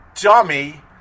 dummy